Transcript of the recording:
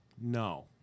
no